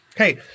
Hey